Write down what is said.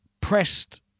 pressed